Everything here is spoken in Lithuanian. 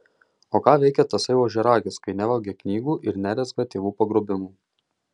o ką veikia tasai ožiaragis kai nevagia knygų ir nerezga tėvų pagrobimų